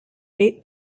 eight